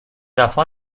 وفا